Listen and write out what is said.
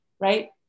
right